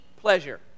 pleasure